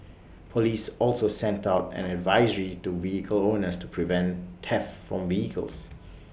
Police also sent out an advisory to vehicle owners to prevent theft from vehicles